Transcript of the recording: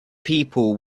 people